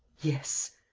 yes,